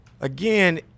again